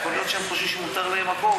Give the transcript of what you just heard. יכול להיות שהם חושבים שמותר להם הכול.